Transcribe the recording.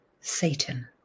Satan